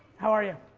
how are you?